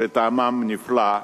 שטעמם נפלא,